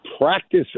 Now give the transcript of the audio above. practice